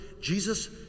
Jesus